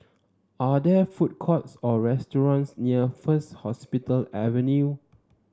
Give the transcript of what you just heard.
are there food courts or restaurants near First Hospital Avenue